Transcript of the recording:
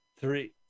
Three